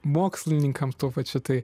mokslininkams tuo pačiu tai